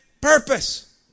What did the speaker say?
purpose